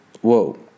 Whoa